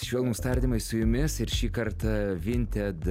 švelnūs tardymai su jumis ir šį kartą vinted